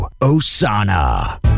Osana